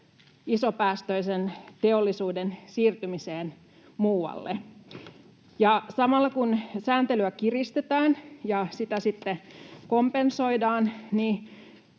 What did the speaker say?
isopäästöisen teollisuuden siirtymiseen muualle, ja samalla kun sääntelyä kiristetään ja sitä sitten kompensoidaan,